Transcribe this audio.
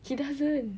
he doesn't